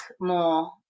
more